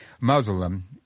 Muslim